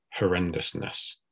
horrendousness